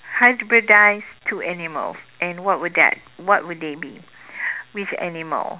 hybridize two animals and what would that what would they be which animal